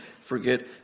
forget